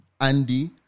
Andy